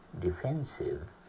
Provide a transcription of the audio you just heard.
defensive